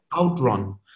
outrun